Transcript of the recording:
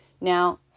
Now